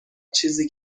چیزی